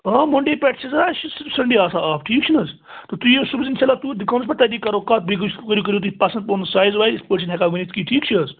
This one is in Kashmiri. آ منڈے پٮ۪ٹھٕ چھِ آسان اَسہِ چھُ صرف سنٛڈے آسان آف ٹھیٖک چھُ نہٕ حظ تہٕ تُہۍ ییِو صُبحَس اِنشاء اللہ توٗرۍ دُکانَس پٮ۪ٹھ تتی کرو کَتھ بیٚیہِ گٔژھِو کٔرِو تُہۍ پسنٛد پنُن سایز وایز یِتھ پٲٹھۍ چھِنہٕ ہٮ۪کان ؤنِتھ کِہیٖنۍ ٹھیٖک چھِ حظ